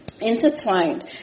Intertwined